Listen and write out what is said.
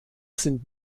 sind